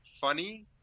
funny